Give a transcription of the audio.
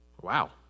Wow